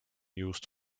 used